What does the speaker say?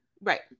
right